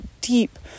deep